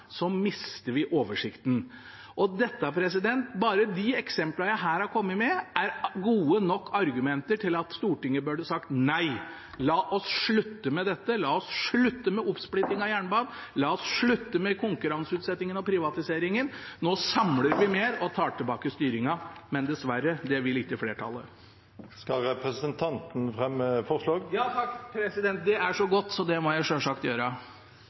mister vi oversikten. Bare de eksemplene jeg her har kommet med, er gode nok argumenter til at Stortinget burde sagt nei, la oss slutte med dette, la oss slutte med oppsplitting av jernbanen, la oss slutte med konkurranseutsettingen og privatiseringen, nå samler vi mer og tar tilbake styringen! Men, dessverre, det vil ikke flertallet. Skal representanten fremme forslag? Ja takk, president. Det er så godt at det må jeg selvsagt gjøre!